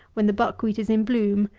when the buck-wheat is in bloom,